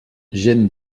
gent